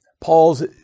Paul's